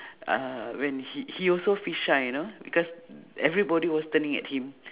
uhh when he he also feel shy you know because everybody was turning at him